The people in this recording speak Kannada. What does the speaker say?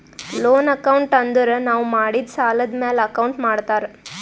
ಲೋನ್ ಅಕೌಂಟ್ ಅಂದುರ್ ನಾವು ಮಾಡಿದ್ ಸಾಲದ್ ಮ್ಯಾಲ ಅಕೌಂಟ್ ಮಾಡ್ತಾರ್